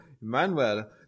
Manuel